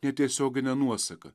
netiesiogine nuosaka